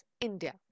India